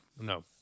no